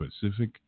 Pacific